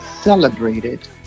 celebrated